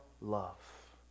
love